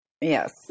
Yes